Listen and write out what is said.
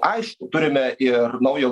aišku turime ir naują